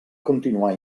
continuar